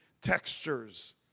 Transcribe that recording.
textures